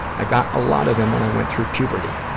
i got a lot of them when i went through puberty.